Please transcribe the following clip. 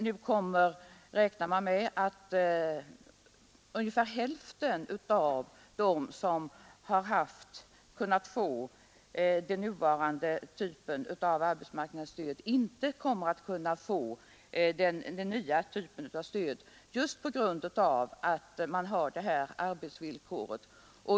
Nu räknar man med att ungefär hälften av dem som kunnat få den nuvarande typen av arbetslöshetsunderstöd inte kommer att kunna påräkna den nya typen av stöd just på grund av arbetsvillkoret.